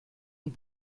und